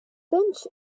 bench